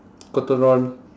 cotton on